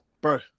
bro